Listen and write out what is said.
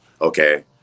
okay